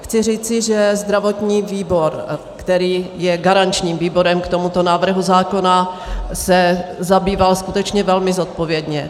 Chci říci, že zdravotní výbor, který je garančním výborem k tomuto návrhu zákona, se zabýval tímto návrhem skutečně velmi zodpovědně.